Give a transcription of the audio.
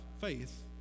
faith